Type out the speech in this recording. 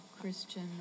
Christian